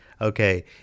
Okay